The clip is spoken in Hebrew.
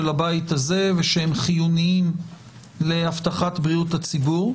הבית הזה ושהם חיוניים להבטחת בריאות הציבור.